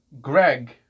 greg